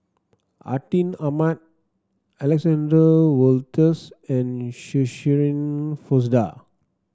Atin Amat Alexander Wolters and Shirin Fozdar